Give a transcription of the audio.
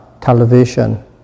television